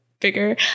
Bigger